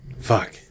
Fuck